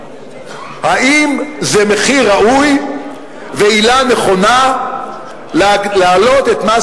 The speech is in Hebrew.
האם זה מחיר ראוי ועילה נכונה להעלות את מס